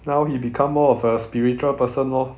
now he become more of a spiritual person lor